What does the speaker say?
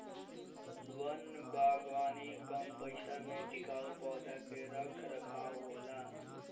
वन बागवानी कम पइसा में टिकाऊ पौधा के रख रखाव होला